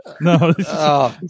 No